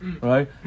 right